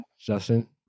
Justin